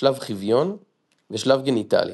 שלב חביון ושלב גניטלי.